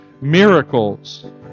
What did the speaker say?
miracles